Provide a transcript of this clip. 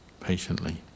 patiently